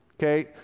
okay